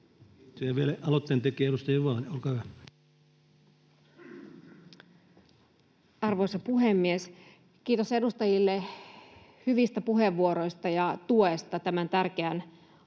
Kiitoksia. — Vielä aloitteen tekijä, edustaja Juvonen, olkaa hyvä. Arvoisa puhemies! Kiitos edustajille hyvistä puheenvuoroista ja tuesta tämän tärkeän asian